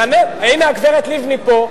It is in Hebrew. הנה הגברת לבני פה,